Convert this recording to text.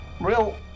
real